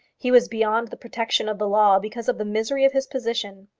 he was beyond the protection of the law because of the misery of his position.